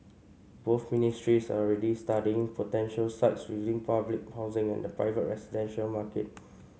both ministries are already studying potential sites within public housing and the private residential market